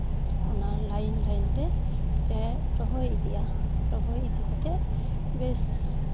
ᱚᱱᱟ ᱞᱟᱭᱤᱱ ᱞᱟᱭᱤᱱ ᱛᱮ ᱨᱚᱦᱚᱭ ᱤᱫᱤᱭᱟ ᱨᱚᱦᱚᱭ ᱤᱫᱤ ᱠᱟᱛᱮᱫ ᱵᱮᱥ